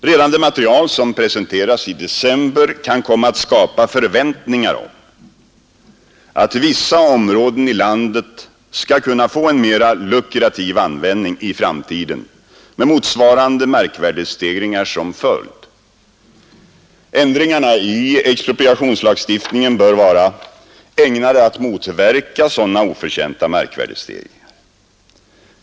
Redan det material som presenteras i december kan komma att skapa förväntningar om att vissa områden i landet skall kunna få en mera lukrativ användning i framtiden med motsvarande markvärdestegringar som följd. Ändringarna i expropriationslagstiftningen bör vara ägnade att motverka sådana oförtjänta markvärdestegringar.